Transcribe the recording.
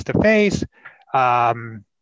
face-to-face